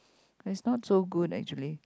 it's not so good actually